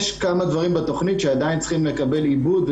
יש כמה דברים בתוכנית שעדיין צריכים לקבל עיבוד,